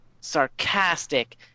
sarcastic